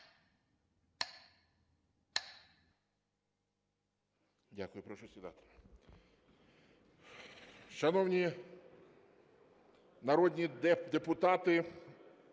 Дякую. Прошу сідати. Шановні народні депутати,